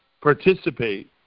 participate